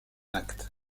acte